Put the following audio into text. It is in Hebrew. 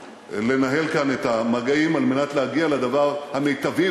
לנהל כאן את המגעים על מנת להגיע לדבר המיטבי,